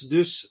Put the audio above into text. Dus